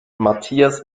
matthias